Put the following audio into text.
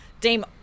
Dame